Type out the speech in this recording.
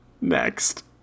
Next